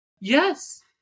Yes